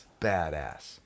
Badass